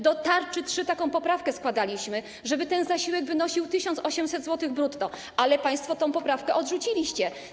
Do tarczy 3.0 taką poprawkę składaliśmy, żeby ten zasiłek wynosił 1800 zł brutto, ale państwo tę poprawkę odrzuciliście.